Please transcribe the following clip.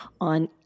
on